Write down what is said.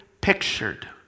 pictured